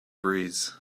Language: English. breeze